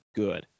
good